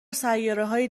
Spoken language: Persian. سیارههای